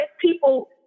people